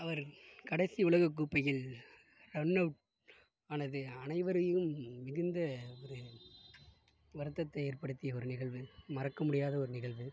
அவர் கடைசி உலகக்கோப்பையில் run out ஆனது அனைவரையும் மிகுந்த ஒரு வருத்தத்தை ஏற்படுத்திய ஒரு நிகழ்வு மறக்க முடியாத ஒரு நிகழ்வு